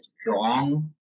strong